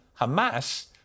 Hamas